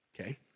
Okay